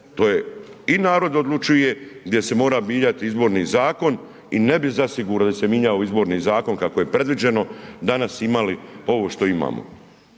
i „Narod odlučuje“ gdje se mora mijenjati Izborni zakon i ne bi zasigurno se mijenjao Izborni zakon kako je predviđeno, danas imali ovo što imamo